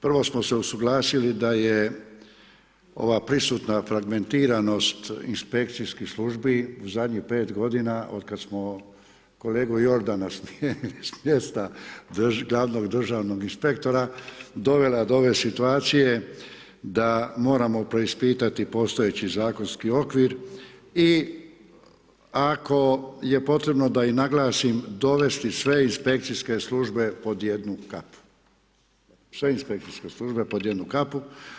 Prvo smo se usuglasili da je ova prisutna fragmentiranost inspekcijskih službi u zadnjih 5 godina otkada smo kolegu Jordana smijenili s mjesta glavnog državnog inspektora dovela do ove situacije da moramo preispitati postojeći zakonski okvir i ako je potrebno da i naglasim dovesti sve inspekcijske službe pod jednu kapu, sve inspekcijske službe pod jednu kapu.